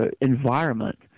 environment